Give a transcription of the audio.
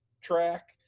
track